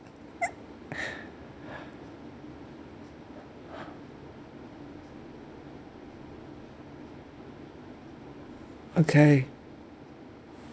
okay